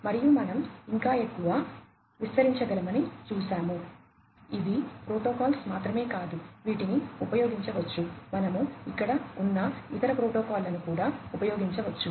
మరియు మనం ఇంకా ఎక్కువ విస్తరించగలమని చూశాము ఇవి ప్రోటోకాల్స్ మాత్రమే కాదు వీటిని ఉపయోగించవచ్చు మనము అక్కడ ఉన్న ఇతర ప్రోటోకాల్లను కూడా ఉపయోగించవచ్చు